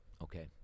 Okay